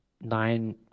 nine